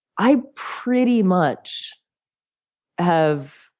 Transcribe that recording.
i pretty much have,